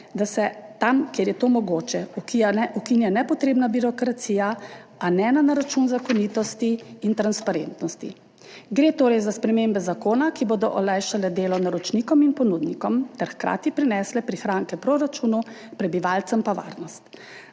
da se tam, kjer je to mogoče, ukinja nepotrebna birokracija, a ne na račun zakonitosti in transparentnosti. Gre torej za spremembe zakona, ki bodo olajšale delo naročnikom in ponudnikom ter hkrati prinesle prihranke proračunu, prebivalcem pa varnost.